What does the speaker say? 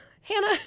hannah